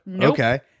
Okay